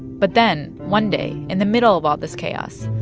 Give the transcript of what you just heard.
but then, one day, in the middle of all this chaos,